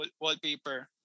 wallpaper